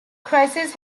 crisis